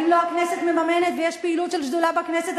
אבל אם לא הכנסת מממנת ויש פעילות של שדולה בכנסת,